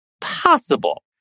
possible